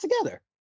together